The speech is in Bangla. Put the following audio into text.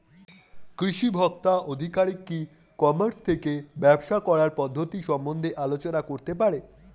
কৃষি ভোক্তা আধিকারিক কি ই কর্মাস থেকে ব্যবসা করার পদ্ধতি সম্বন্ধে আলোচনা করতে পারে?